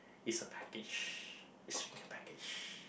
is a package is really a package